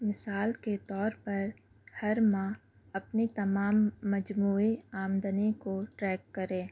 مثال کے طور پر ہر ماہ اپنی تمام مجموعی آمدنی کو ٹریک کرے